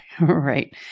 right